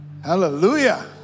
hallelujah